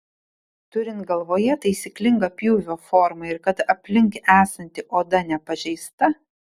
turint galvoje taisyklingą pjūvio formą ir kad aplink esanti oda nepažeista